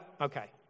Okay